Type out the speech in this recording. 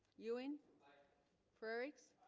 ewing frerichs